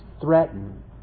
threaten